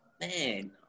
man